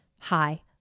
Hi